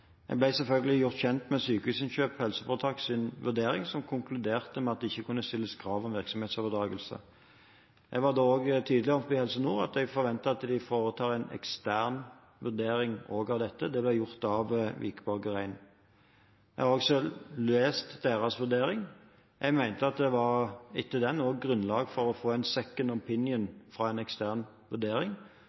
Jeg ble selvfølgelig gjort kjent med Sykehusinnkjøp HFs vurdering, der en konkluderte med at det ikke kunne stilles krav om virksomhetsoverdragelse. Jeg var da tydelig overfor Helse Nord om at jeg forventet at de også foretok en ekstern vurdering av dette. Det ble gjort av Wikborg Rein. Jeg har også lest deres vurdering. Jeg mente at det etter den var grunnlag for å få en «second opinion» fra en ekstern vurdering,